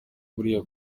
buriya